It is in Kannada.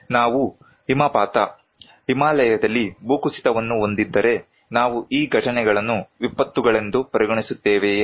ನಾವು ಹಿಮಪಾತ ಹಿಮಾಲಯದಲ್ಲಿ ಭೂಕುಸಿತವನ್ನು ಹೊಂದಿದ್ದರೆ ನಾವು ಈ ಘಟನೆಗಳನ್ನು ವಿಪತ್ತುಗಳೆಂದು ಪರಿಗಣಿಸುತ್ತೇವೆಯೇ